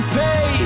pay